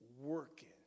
working